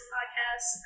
Podcast